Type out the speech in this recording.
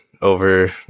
over